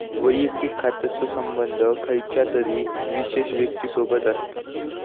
वैयक्तिक खात्याचो संबंध खयच्या तरी विशेष व्यक्तिसोबत असता